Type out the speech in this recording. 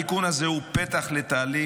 התיקון הזה הוא פתח לתהליך